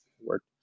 work